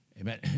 Amen